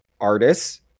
artists